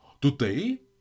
Today